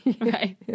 Right